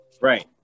right